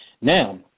Now